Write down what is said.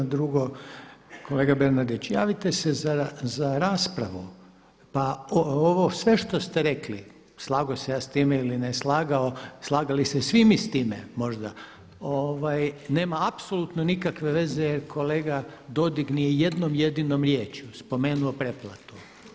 Drugo kolega Bernardić, javite se za raspravu, pa ovo sve što ste rekli slagao se ja s time ili ne slagao, slagali se svi mi s time možda nema apsolutno nikakve veze jer kolega Dodig ni jednom jedinom riječju spomenuo pretplatu.